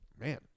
Man